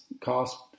cost